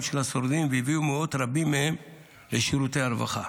של השורדים והביאו מאות מהם לשירותי הרווחה.